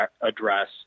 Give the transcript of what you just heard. address